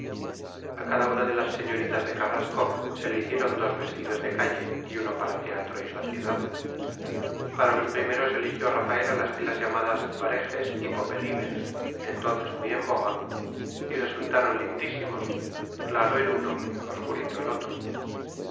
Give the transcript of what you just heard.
a cada una de las señoritas de carrasco se le hicieron dos vestidos de calle y uno para teatro y sociedad para los primeros eligió rafaela las telas llamadas bareges y popelines entonces muy en boga y resultaron lindísimos claro el uno obscurito el otro